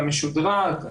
המשודרג,